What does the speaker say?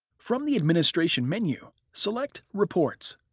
from the administration menu, select reports,